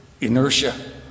inertia